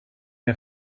jag